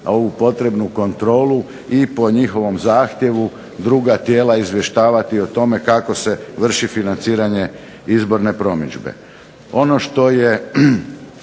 ovu potrebnu kontrolu i po njihovom zahtjevu druga tijela izvještavati o tome kako se vrši financiranje izborne promidžbe.